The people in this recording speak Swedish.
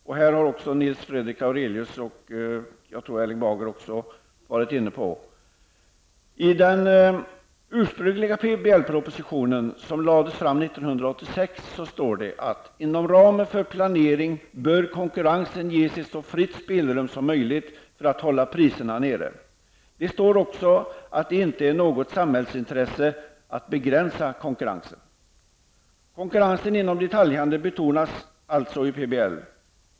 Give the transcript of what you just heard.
Det här har Nils Fredrik Aurelius, och jag tror även Erling I den ursprungliga PBL-propositionen som lades fram 1986 står det: ''Inom ramen för planeringen bör konkurrensen ges ett så fritt spelrum som möjligt för att hålla priserna nere.'' Det står också att det inte är något samhällsintresse att begränsa konkurrensen. Konkurrensen inom detaljhandeln betonas alltså i PBL.